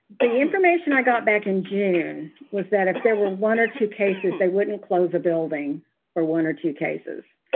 the information i got back in june was that if there were one or two cases, they wouldn't close a building or one or two cases.